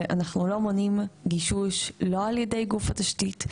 שאנחנו לא מונעים גישוש לא על ידי גוף התשתית,